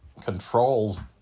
controls